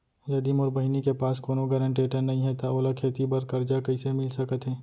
यदि मोर बहिनी के पास कोनो गरेंटेटर नई हे त ओला खेती बर कर्जा कईसे मिल सकत हे?